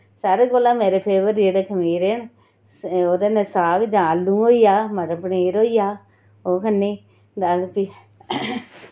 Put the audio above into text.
सारे कोला मेरे फेवरेट खमीरे न ओह्दे नै साग जां आलू होइया मटर पनीर होइया ओह् खन्नी